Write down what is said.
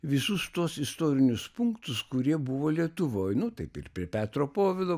visus tuos istorinius punktus kurie buvo lietuvoj nu taip ir petro povilo